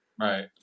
Right